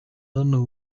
hano